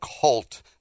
cult